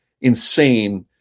insane